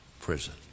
Prison